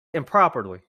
improperly